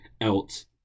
else